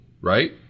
right